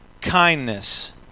kindness